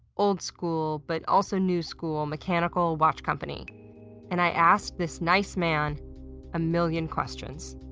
old-school-but also-new-school mechanical watch company and i asked this nice man a million questions.